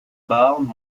bardes